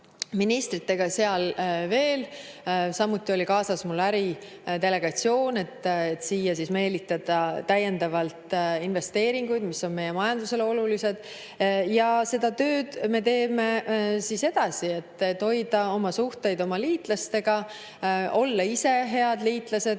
ministritega, samuti oli mul kaasas äridelegatsioon, et siia meelitada täiendavalt investeeringuid, mis on meie majandusele olulised. Seda tööd me teeme edasi, et hoida oma suhteid liitlastega ja olla ise head liitlased.